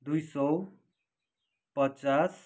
दुई सय पचास